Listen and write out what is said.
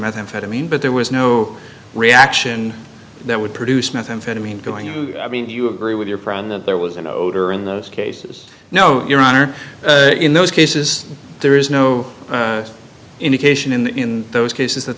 methamphetamine but there was no reaction that would produce methamphetamine going you mean you agree with your friend that there was an odor in those cases no your honor in those cases there is no indication in those cases that